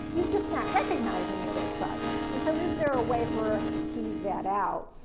you're just not recognizing it as such. and so is there a way for us to tease that out?